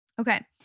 Okay